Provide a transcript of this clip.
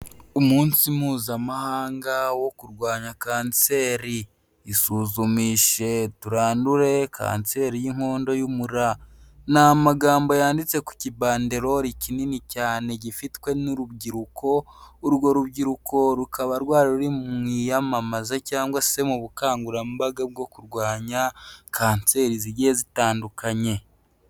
Umunsi mpuzamahanga wo kurwanya kanseri, isuzumishe turandure Kanseri y'Inkondo y'Umura, ni amagambo yanditse ku kipanderori kinini cyane gifitwe n'urubyiruko, urwo rubyiruko rukaba rwari ruri mu iyamamaza cyangwa se mu bukangurambaga bwo kurwanya kanseri zigiye zitandukanye.